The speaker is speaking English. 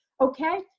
okay